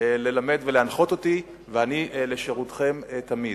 ללמד ולהנחות אותי, ואני לשירותכם תמיד.